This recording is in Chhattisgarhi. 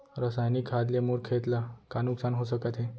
रसायनिक खाद ले मोर खेत ला का नुकसान हो सकत हे?